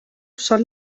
són